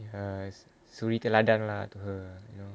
ya as suri teladan lah to her